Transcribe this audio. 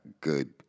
good